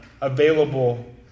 available